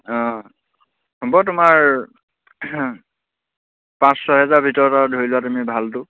অঁ হ'ব তোমাৰ পাঁচ ছহেজাৰ ভিতৰত আৰু ধৰি লোৱা তুমি ভালটো